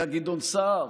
היה גדעון סער,